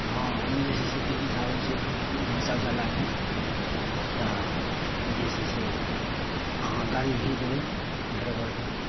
हँ हम जे छै से दिल्ली से आबै छियै बच्चा ओच्चा लए कऽ तऽ जे छै से अहाँ गाड़ी घीच देबै ड्राइबर केँ